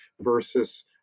versus